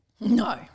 No